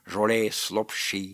žolės lopšy